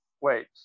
Wait